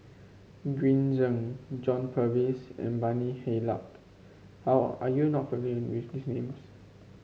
Green Zeng John Purvis and Bani Haykal are you not familiar with these names